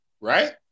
right